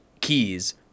keys